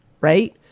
right